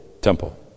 temple